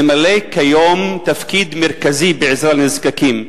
ממלא כיום תפקיד מרכזי בעזרה לנזקקים.